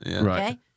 Right